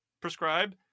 prescribe